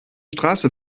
straße